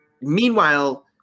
Meanwhile